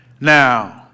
now